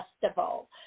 festival